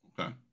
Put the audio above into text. okay